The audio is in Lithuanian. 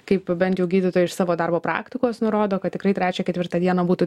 kaip bent jau gydytojai iš savo darbo praktikos nurodo kad tikrai trečią ketvirtą dieną būtų